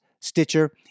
Stitcher